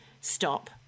stop